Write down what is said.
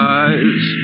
eyes